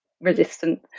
resistant